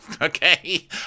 okay